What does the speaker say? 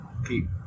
keep